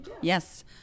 Yes